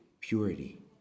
purity